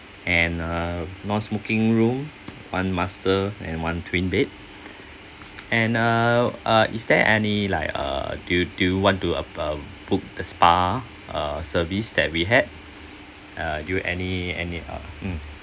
and a non smoking room one master and one twin bed and uh uh is there any like uh do you do you want to uh uh book the spa uh service that we had uh do you any any uh mm